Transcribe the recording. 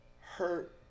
hurt